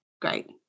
great